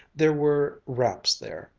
there were wraps there,